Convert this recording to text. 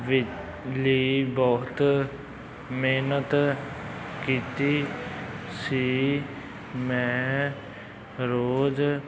ਵਿ ਲਈ ਬਹੁਤ ਮਿਹਨਤ ਕੀਤੀ ਸੀ ਮੈਂ ਰੋਜ਼